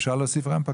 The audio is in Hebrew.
אפשר להוסיף רמפה.